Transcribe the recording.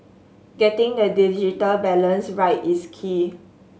getting the digital balance right is key